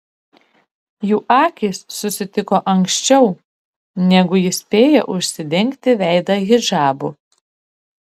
jų akys susitiko anksčiau negu ji spėjo užsidengti veidą hidžabu